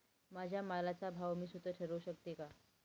माझ्या मालाचा भाव मी स्वत: ठरवू शकते का?